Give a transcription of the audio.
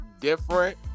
different